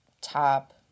top